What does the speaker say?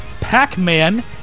Pac-Man